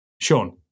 Sean